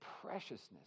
preciousness